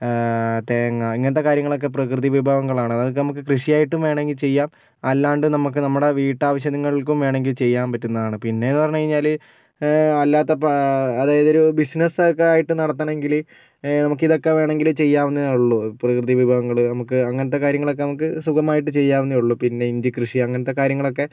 തേങ്ങ ഇങ്ങനത്തെ കാര്യങ്ങളൊക്കെ പ്രകൃതി വിഭവങ്ങളാണ് അതൊക്കെ നമുക്ക് കൃഷി ആയിട്ടും വേണമെങ്കിൽ ചെയ്യാം അല്ലാണ്ട് നമുക്ക് നമ്മുടെ വീട്ടാവശ്യങ്ങൾക്കും വേണമെങ്കിൽ ചെയ്യാൻ പറ്റുന്നതാണ് പിന്നെ എന്ന് പറഞ്ഞ് കഴിഞ്ഞാൽ അല്ലാത്തപ്പം അതായത് ഒരു ബിസിനസ്സ് ഒക്കെ ആയിട്ട് നടത്തണമെങ്കിൽ നമുക്ക് ഇതൊക്കെ വേണമെങ്കിൽ ചെയ്യാവുന്നതേ ഉള്ളു പ്രകൃതി വിഭവങ്ങൾ നമുക്ക് അങ്ങനത്തെ കാര്യങ്ങൾ ഒക്കെ നമുക്ക് സുഗമമായിട്ട് ചെയ്യാവുന്നതേ ഉള്ളു പിന്നെ ഇഞ്ചി കൃഷി അങ്ങനത്തെ കാര്യങ്ങളൊക്കെ